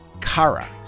Kara